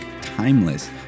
timeless